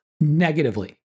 negatively